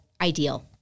ideal